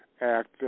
Act